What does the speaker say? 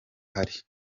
hari